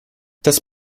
das